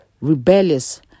rebellious